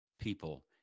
people